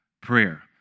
prayer